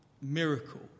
miracle